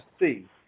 see